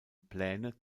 pläne